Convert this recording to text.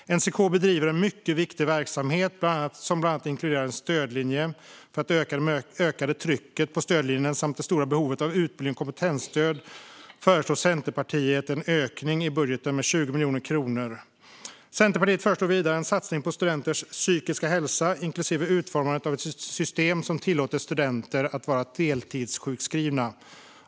NCK bedriver en mycket viktig verksamhet, som bland annat inkluderar en stödlinje. För att möta det ökade trycket på stödlinjen samt det stora behovet av utbildning och kompetensstöd föreslår Centerpartiet en ökning i budgeten med 20 miljoner kronor. Centerpartiet föreslår vidare en satsning på studenters psykiska hälsa, inklusive utformandet av ett system som tillåter studenter att vara deltidssjukskrivna.